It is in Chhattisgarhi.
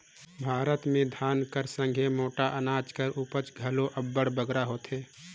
भारत में धान कर संघे मोट अनाज कर उपज घलो अब्बड़ बगरा होथे